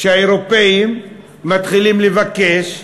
שהאירופים מתחילים לבקש,